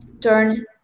turn